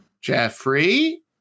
Jeffrey